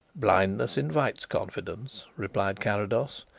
blindness invites confidence, replied carrados.